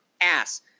ass